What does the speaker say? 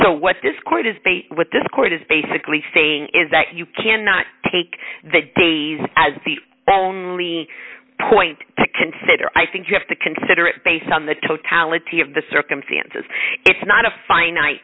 so what this court as bait with this court is basically saying is that you cannot take the days as the only point to consider i think you have to consider it based on the totality of the circumstances it's not a finite